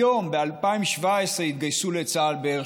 היום, ב-2017, התגייסו לצה"ל בערך